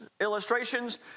illustrations